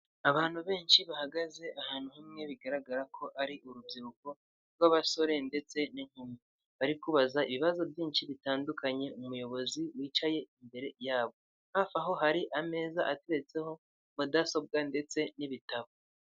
Abantu benshi bahagaze ahantu hamwe bigaragara ko ari urubyiruko rw'abasore ndetse n'inkumi bari kubaza ibibazo byinshi bitandukanye umuyobozi wicaye imbere yabo, hafi aho hari ameza ateretseho mudasobwa ndetse n'ibitabo.